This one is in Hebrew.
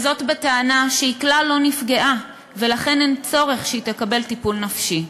וזאת בטענה שהיא כלל לא נפגעה ולכן אין צורך שהיא תקבל טיפול נפשי.